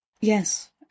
yes